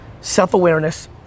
Self-awareness